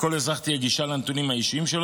לכל אזרח תהיה גישה לנתונים האישיים שלו